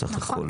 סך הכול